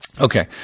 Okay